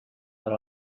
per